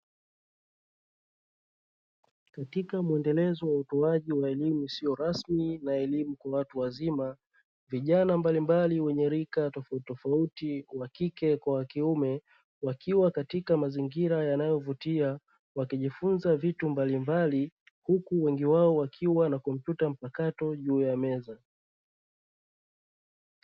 Katika muendelezo wa utoaji wa elimu isio rasmi na elimu ya watu wazima, vijana mbalimbali wenye rika tofautuitofauti wa kike kwa wa kiume wakiwa katika mazingira yanayovutia, wakijifunza vitu mbalimbali huku wengi wao wakiwa na kompyuta mpakato juu ya meza.